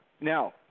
Now